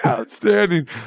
Outstanding